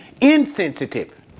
insensitive